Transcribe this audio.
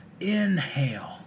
Inhale